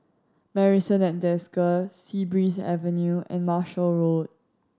Marrison at Desker Sea Breeze Avenue and Marshall Road